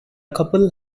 couple